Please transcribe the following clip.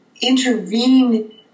intervene